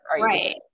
Right